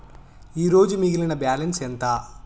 ఈరోజు మిగిలిన బ్యాలెన్స్ ఎంత?